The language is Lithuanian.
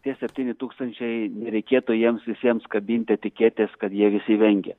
tie septyni tūkstančiai nereikėtų jiems visiems kabinti etiketės kad jie visi vengia